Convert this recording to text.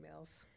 emails